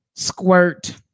squirt